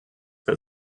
but